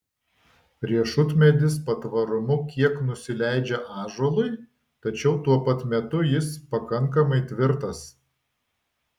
riešutmedis patvarumu kiek nusileidžia ąžuolui tačiau tuo pat metu jis pakankamai tvirtas